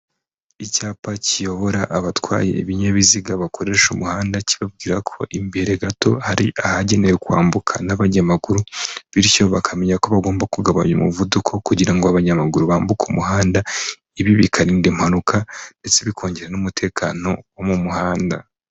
Icyapa kiyobora abatwaye ibinyabiziga bakoresha umuhanda kibabwira ko imbere gato, hari ahagenewe kwambuka n'abanyamaguru bityo bakamenya ko bagomba kugabanya umuvuduko kugira ngo abanyamaguru bambuke umuhanda, ibibi bikarinda impanuka ndetse bikongere n'umutekano wo mu muhanda.